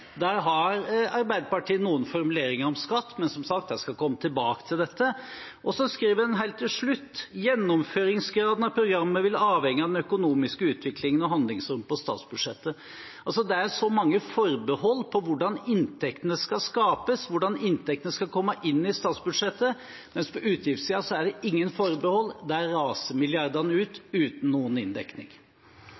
Der har Arbeiderpartiet noen formuleringer om skatt, men de skal som sagt komme tilbake til dette. Og så skriver man helt til slutt: «Gjennomføringsgraden av programmet vil avhenge av den økonomiske utviklingen og handlingsrommet på statsbudsjettet.» Det er så mange forbehold om hvordan inntektene skal skapes, hvordan inntektene skal komme inn i statsbudsjettet, mens på utgiftssiden er det ingen forbehold, der raser milliardene ut